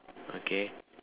okay